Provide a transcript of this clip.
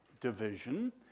division